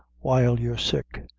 while you're sick.